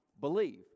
believe